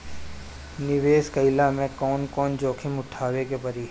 निवेस कईला मे कउन कउन जोखिम उठावे के परि?